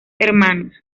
hermanos